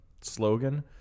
slogan